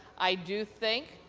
i do think